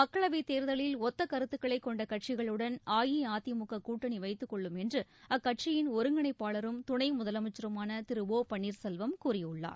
மக்களவைத் தேர்தலில் ஒத்தக் கருத்துக்களை கொண்ட கட்சிகளுடன் அஇஅதிமுக கூட்டணி வைத்துக் கொள்ளும் என்று அக்கட்சியிள் ஒருங்கிணைப்பாளரும் துணை முதலமைச்சருமான திரு ஒ பன்னீர்செல்வம் கூறியுள்ளார்